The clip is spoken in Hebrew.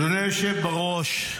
אדוני היושב בראש,